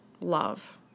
love